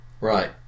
Right